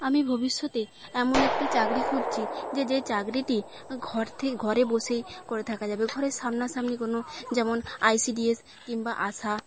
আমি ভবিষ্যতে এমন একটি চাকরি খুঁজছি যে যে চাকরিটি ঘর থেকে ঘরে বসেই করে থাকা যাবে ঘরের সামনা সামনি কোনো যেমন আইসিডিএস কিংবা আশা